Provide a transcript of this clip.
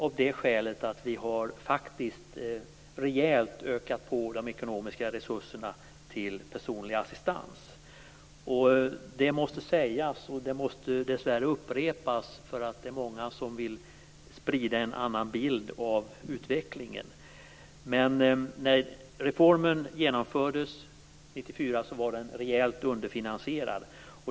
Skälet är att vi faktiskt har ökat på de ekonomiska resurserna till personlig assistans rejält. Det måste sägas och det måste dessvärre upprepas, för det är många som vill sprida en annan bild av utvecklingen. När reformen genomfördes 1994 var den rejält underfinansierad.